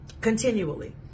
continually